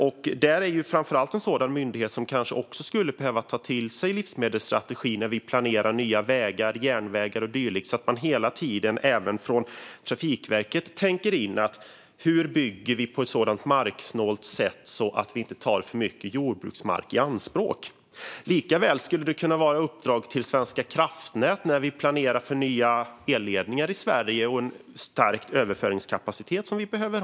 Trafikverket är ju en myndighet som också borde ta till sig livsmedelsstrategin när det gäller planering av nya vägar, järnvägar och dylikt, så att man hela tiden även från Trafikverkets sida tänker på att bygga på ett sätt som är marksnålt och inte tar för mycket jordbruksmark i anspråk. Likaså skulle detta kunna vara ett uppdrag till Svenska kraftnät när man planerar för nya kraftledningar i Sverige och en förstärkt överföringskapacitet, vilket vi ju behöver.